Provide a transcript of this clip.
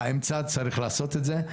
באמצע צריך לעשות את זה.